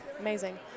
Amazing